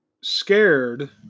scared